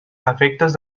efectes